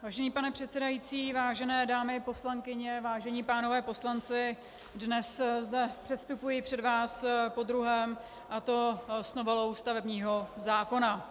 Vážený pane předsedající, vážené dámy poslankyně, vážení pánové poslanci, dnes zde předstupuji před vás podruhé, a to s novelou stavebního zákona.